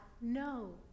no